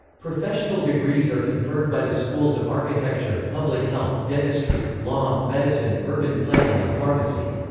professional degrees are conferred by the schools of architecture, public health, dentistry, law, medicine, urban planning and pharmacy.